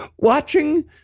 Watching